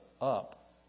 up